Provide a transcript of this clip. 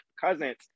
Cousins